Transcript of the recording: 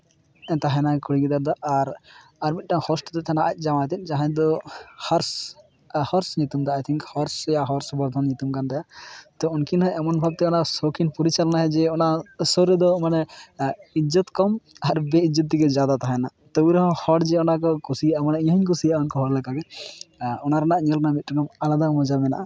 ᱛᱟᱦᱮᱱᱟᱭ ᱠᱩᱲᱤ ᱦᱤᱫᱟᱹᱨ ᱫᱚ ᱟᱨ ᱟᱨ ᱢᱤᱫᱴᱟᱝ ᱦᱳᱥᱴ ᱫᱚᱭ ᱛᱟᱦᱮᱱᱟ ᱟᱡ ᱡᱟᱶᱟᱭ ᱜᱮ ᱡᱟᱦᱟᱸᱭ ᱫᱚ ᱦᱚᱨᱥ ᱦᱚᱨᱥ ᱧᱩᱛᱩᱢ ᱛᱟᱭ ᱟᱭ ᱛᱷᱤᱝᱠ ᱥᱮ ᱦᱚᱨᱥ ᱵᱚᱨᱫᱷᱚᱱ ᱧᱩᱛᱩᱢ ᱠᱟᱱ ᱛᱟᱭᱟ ᱛᱚ ᱩᱱᱠᱤᱱ ᱚᱸ ᱮᱢᱚᱱ ᱵᱷᱟᱵᱛᱮ ᱚᱱᱟ ᱥᱳ ᱠᱤᱱ ᱯᱚᱨᱤᱪᱟᱞᱚᱱᱟᱭᱟ ᱡᱮ ᱚᱱᱟ ᱥᱮ ᱨᱳᱫᱚ ᱢᱟᱱᱮ ᱤᱡᱽᱡᱚᱛ ᱠᱚᱢ ᱟᱨ ᱵᱮᱼᱤᱡᱽᱡᱚᱛᱤ ᱜᱮ ᱡᱟᱫᱟ ᱛᱟᱦᱮᱱᱟ ᱛᱚᱵᱩ ᱨᱚᱦᱚᱸ ᱦᱚᱲ ᱡᱮ ᱚᱱᱟ ᱠᱚ ᱠᱩᱥᱤᱭᱟᱜᱼᱟ ᱢᱟᱱᱮ ᱤᱧ ᱦᱩᱧ ᱠᱩᱥᱤᱭᱟᱜᱼᱟ ᱩᱱᱠᱩ ᱦᱚᱲ ᱞᱮᱠᱟᱜᱮ ᱟᱨ ᱚᱱᱟ ᱨᱮᱱᱟᱜ ᱧᱮᱞ ᱢᱮ ᱢᱤᱫᱴᱮᱱ ᱟᱞᱟᱫᱟ ᱢᱚᱡᱟ ᱢᱮᱱᱟᱜᱼᱟ